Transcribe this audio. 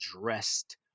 dressed